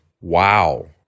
Wow